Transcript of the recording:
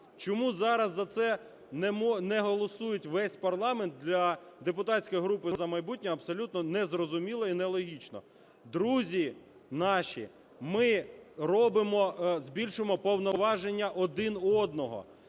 Чому зараз за це не голосує весь парламент, для депутатської групи "За майбутнє" абсолютно незрозуміло і нелогічно. Друзі наші, ми робимо, збільшуємо повноваження один одного,